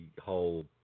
whole